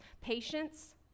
Patience